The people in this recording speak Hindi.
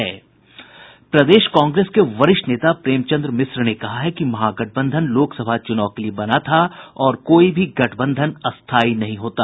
प्रदेश कांग्रेस के वरिष्ठ नेता प्रेमचन्द्र मिश्र ने कहा है कि महागठबंधन लोकसभा चुनाव के लिए बना था और कोई भी गठबंधन स्थायी नहीं होता